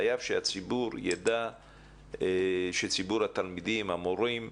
חייב שהציבור יידע שציבור התלמידים, המורים,